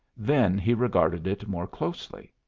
then he regarded it more closely.